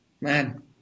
Man